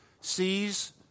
sees